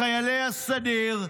לחיילי הסדיר,